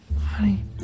Honey